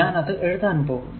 ഞാൻ അത് എഴുതാൻ പോകുന്നു